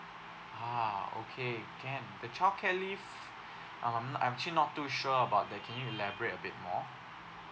ah okay can the childcare leave um I'm actually not too sure about that can you elaborate a bit more